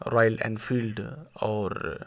Royal Enfield اور